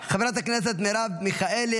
חברת הכנסת מרב מיכאלי,